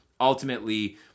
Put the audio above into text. ultimately